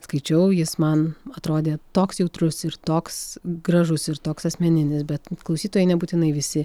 skaičiau jis man atrodė toks jautrus ir toks gražus ir toks asmeninis bet klausytojai nebūtinai visi